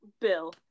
Bill